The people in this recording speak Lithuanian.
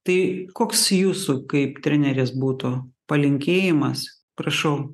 tai koks jūsų kaip trenerės būtų palinkėjimas prašau